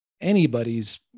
anybody's